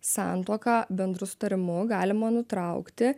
santuoką bendru sutarimu galima nutraukti